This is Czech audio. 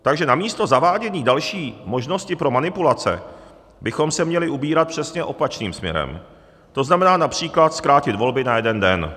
Takže namísto zavádění další možnosti pro manipulace bychom se měli ubírat přesně opačným směrem, to znamená například zkrátit volby na jeden den.